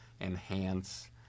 enhance